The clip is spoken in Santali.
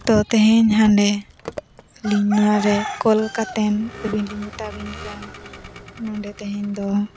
ᱛᱚ ᱛᱮᱦᱮᱧ ᱦᱟᱰᱮ ᱟᱹᱞᱤᱧ ᱱᱚᱣᱟ ᱡᱮ ᱠᱚᱞ ᱠᱟᱛᱮᱫ ᱟᱹᱵᱤᱱ ᱞᱤᱧ ᱢᱮᱛᱟᱵᱤᱱ ᱠᱟᱱ ᱱᱚᱰᱮ ᱛᱮᱦᱮᱧ ᱫᱚ